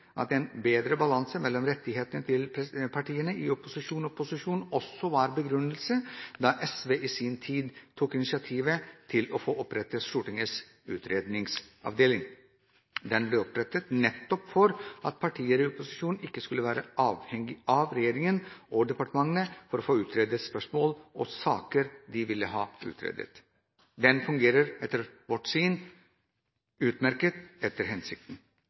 at en bedre balanse mellom rettighetene til partiene i opposisjon og posisjon også var begrunnelsen da SV i sin tid tok initiativ til å få opprettet Stortingets utredningsavdeling. Den ble opprettet nettopp for at partier i opposisjon ikke skulle være avhengig av regjeringen og departementene for å få utredet spørsmål om saker de ville ha utredet. Den fungerer etter vårt syn utmerket etter hensikten.